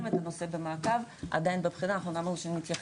הנושא במעקב אנחנו נתייחס,